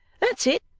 that's it.